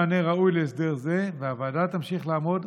ומכללות שהתנו את הגיל, והוא, לא נכון.